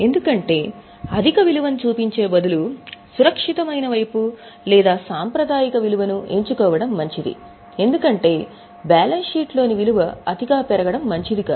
ఎందుకంటే అధిక విలువను చూపించే బదులు సురక్షితమైన వైపు లేదా సాంప్రదాయిక విలువను ఎంచుకోవడం మంచిది ఎందుకంటే బ్యాలెన్స్ షీట్లోని విలువ అతిగా పెరగడం మంచిది కాదు